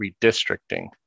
redistricting